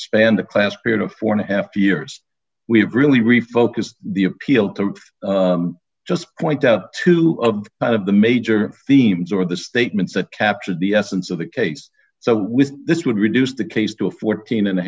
spanned the class period of four and a half years we have really refocused the appeal to just point out to a lot of the major themes or the statements that captured the essence of the case so with this would reduce the case to a fourteen and a